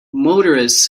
motorists